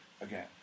again